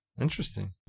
Interesting